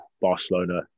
Barcelona